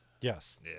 Yes